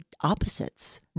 opposites